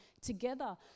together